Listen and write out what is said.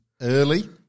early